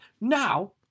Now